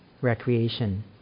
recreation